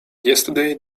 yesterday